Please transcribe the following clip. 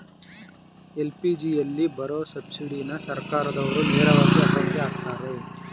ಎಲ್.ಪಿ.ಜಿಯಲ್ಲಿ ಬರೋ ಸಬ್ಸಿಡಿನ ಸರ್ಕಾರ್ದಾವ್ರು ನೇರವಾಗಿ ಅಕೌಂಟ್ಗೆ ಅಕ್ತರೆ